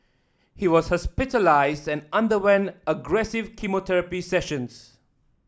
he was hospitalised and underwent aggressive chemotherapy sessions